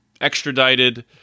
extradited